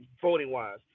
voting-wise